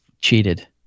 cheated